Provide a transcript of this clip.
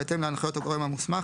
בהתאם להנחיות הגורם המוסמך,